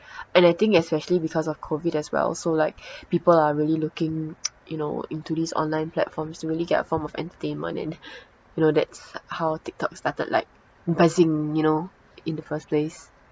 and I think especially because of COVID as well so like people are really looking you know into these online platforms to really get a form of entertainment and you know that's how Tiktok started like buzzing you know in the first place